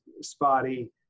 spotty